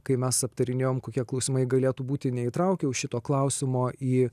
kai mes aptarinėjom kokie klausimai galėtų būti neįtraukiau šito klausimo į